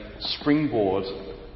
Springboard